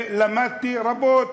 ולמדתי רבות.